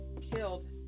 killed